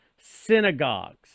synagogues